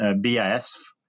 BIS